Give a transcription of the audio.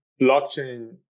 blockchain